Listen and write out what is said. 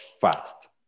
fast